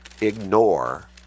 ignore